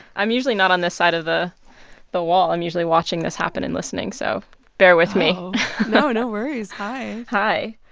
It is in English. i'm usually not on this side of ah the wall. i'm usually watching this happen and listening so bear with me oh. no, no worries. hi hi.